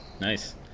nice